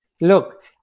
Look